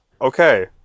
Okay